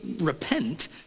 repent